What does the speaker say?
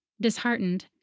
Disheartened